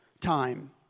time